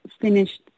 finished